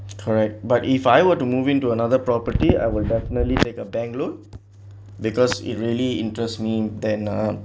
correct but if I were to move into another property I will definitely take a bank loan because it really interest mean than um